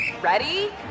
Ready